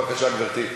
בבקשה, גברתי.